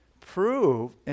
prove